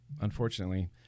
unfortunately